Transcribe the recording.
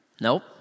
Nope